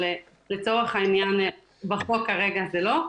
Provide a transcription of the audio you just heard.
אבל לצורך העניין בחוק כרגע זה לא.